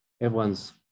everyone's